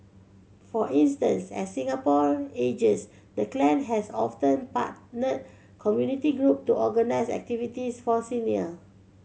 for instance as Singapore ages the clan has often partnered community group to organise activities for senior